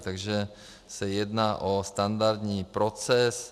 Takže se jedná o standardní proces.